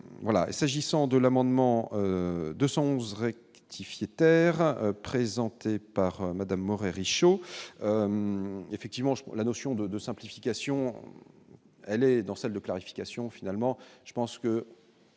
s'agissant de l'amendement 211 rectifier terrain présenté par Madame Moret Richot effectivement, je crois, la notion de de simplification elle et dans celle de clarification, finalement,